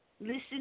Listen